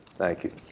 thank you.